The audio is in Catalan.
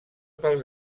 pels